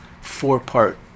four-part